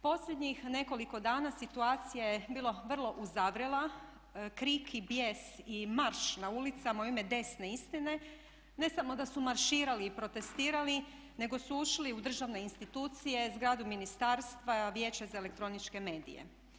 Posljednjih nekoliko dana situacija je bila vrlo uzavrela, krik i bijes i marš na ulicama u ime desne istine ne samo da su marširali i protestirali, nego su ušli u državne institucije, zgradu ministarstva, Vijeće za elektroničke medije.